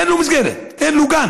אין לו מסגרת, אין לו גן,